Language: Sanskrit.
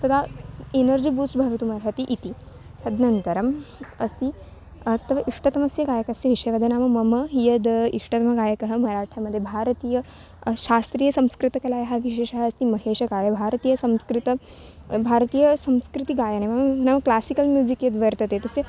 तदा एनर्जि बूस्ट् भवितुमर्हति इति तदनन्तरम् अस्ति तव इष्टतमस्य गायकस्य विषये वद नाम मम यद् इष्टतमगायकः मराठीमध्ये भारतीयं शास्त्रीयसंस्कृतकलायाः विशेषः अस्ति महेशकाळे भारतीयसंस्कृतिः भारतीयसंस्कृतिगायने मम नाम क्लासिकल् म्यूसिक् यद्वर्तते तस्य